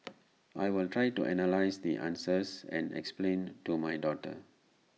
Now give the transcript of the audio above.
I will try to analyse the answers and explain to my daughter